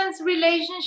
relationship